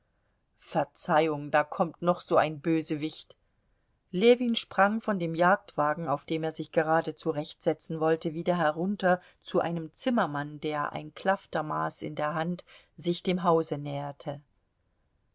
verzeihung da kommt noch so ein bösewicht ljewin sprang von dem jagdwagen auf dem er sich gerade zurechtsetzen wollte wieder herunter zu einem zimmermann der ein klaftermaß in der hand sich dem hause näherte